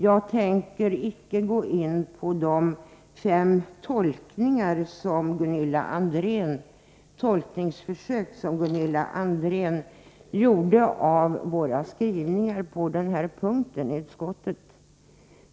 Jag tänker inte gå in på de fem tolkningsförsök som Gunilla André gjorde av våra skrivningar på den här punkten i utskottsbetänkandet.